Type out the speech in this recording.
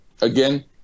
Again